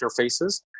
interfaces